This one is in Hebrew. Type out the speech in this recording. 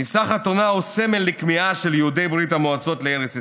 "מבצע חתונה" הוא סמל לכמיהה של יהודי ברית המועצות לארץ ישראל.